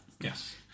Yes